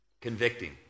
convicting